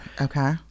Okay